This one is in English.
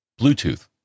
Bluetooth